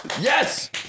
Yes